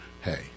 hey